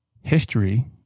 history